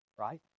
right